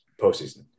postseason